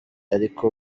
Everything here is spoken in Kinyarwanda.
ariko